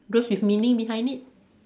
those with meaning behind it